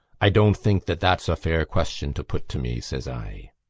i don't think that that's a fair question to put to me says i.